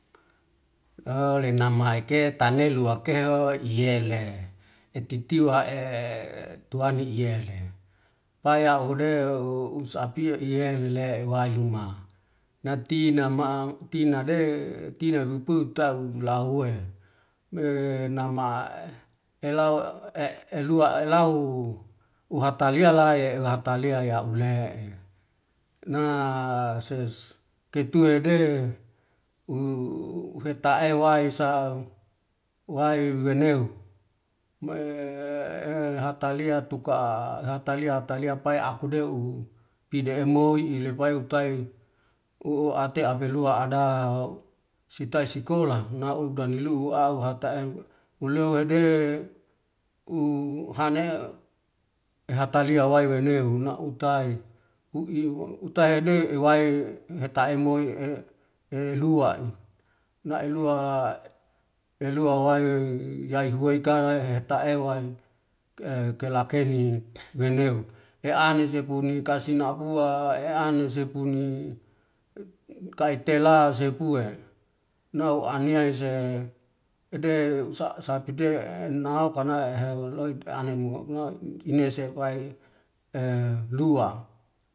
lenamaike tale luake yele etetiwa tuani iyele payaude us api iyele uwai luma, natinama tinade tina puputau lahuwe nama ela elua elu. uhata lealai lahata lea yaule'e na tuituide u heta ewisa wai weneu me hatalia tuka hatale hatalea pai akudeuhu pide emoi ilepai utai u'uate apelua ada sitai sikola nuda nilu au hatael uliu ede u hanea hatalia wai wenauw na utai utai ade ewai heta emoi eluai, laielua elua wai yayhuweka heta ewuw kelakeli welau. Eane sipuna kasinapua, eane sepuni, eane sepuni, kai tela, sepue nau enea se ede sapite nau kanai ahe loit ane mo nge ngesepai lua.